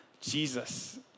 Jesus